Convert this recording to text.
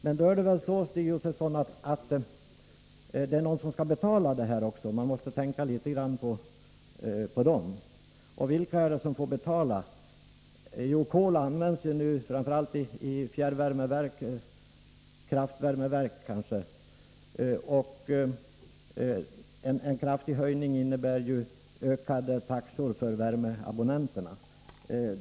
Men det är någon som skall betala detta, och man måste tänka på dem också. Vilka är det som får betala? Jo, kol används nu framför allt i kraftvärmeverk, och en kraftig höjning innebär ökade taxor för värmeabonnenterna.